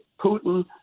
Putin